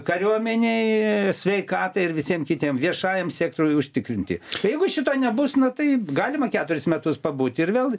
kariuomenei sveikatai ir visiem kitiem viešajam sektoriui užtikrinti jeigu šito nebus nu taip galima keturis metus pabūti ir vėl